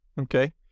Okay